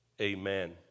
Amen